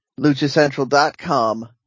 LuchaCentral.com